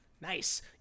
Nice